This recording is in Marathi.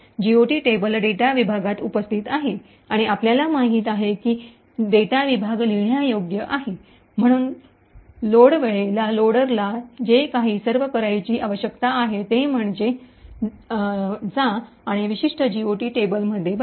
जीओटी टेबल डेटा विभागात उपस्थित आहे आणि आपल्याला माहिती आहे की डेटा विभाग लिहिण्यायोग्य आहे म्हणून लोड वेळेला लोडरला जे काही सर्व करण्याची आवश्यकता आहे ते म्हणजे जा आणि जीओटी टेबलमध्ये भरा